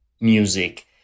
music